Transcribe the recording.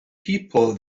people